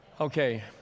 Okay